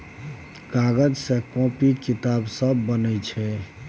कागज सँ कांपी किताब सब बनै छै